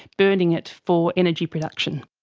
burning it for energy production.